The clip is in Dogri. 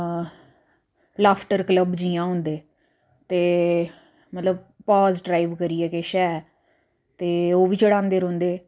बंबरा कड्ढदे न पूरे म्हल्लै पूरे मतलब ग्रांऽ च जाना बंबरा कड्ढदे न ढोल लेई जंदे कन्नै दौ त्रै मुड़े